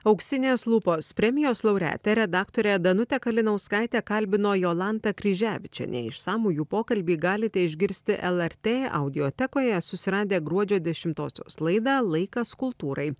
auksinės lupos premijos laureatę redaktorę danutę kalinauskaitę kalbino jolanta kryževičienė išsamų jų pokalbį galite išgirsti lrt audiotekoje susiradę gruodžio dešimtosios laidą laikas kultūrai